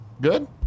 good